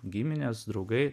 giminės draugai